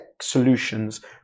solutions